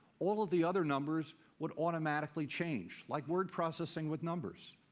all of the other numbers would automatically change, like word processing with numbers.